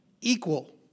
equal